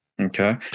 Okay